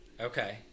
Okay